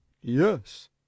Yes